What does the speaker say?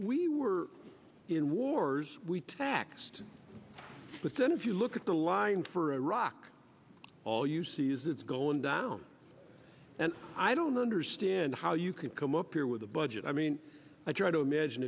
we were in wars we taxed but then if you look at the line for iraq all you see is it's going down and i don't understand how you can come up here with a budget i mean i try to imagine